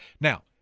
Now